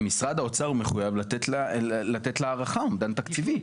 משרד האוצר מחויב לתת לה הערכה, אומדן תקציבי.